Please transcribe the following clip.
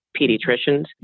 pediatricians